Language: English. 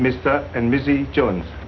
mr and mrs jones